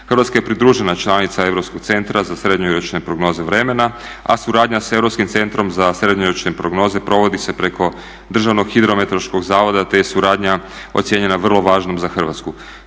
Hrvatska je pridružena članica Europskog centra za srednjoročne prognoze vremena a suradnja sa Europskim centrom za srednjoročne prognoze provodi se preko Državnog hidrometeorološkog zavoda te je suradnja ocijenjena vrlo važnom za hrvatsku.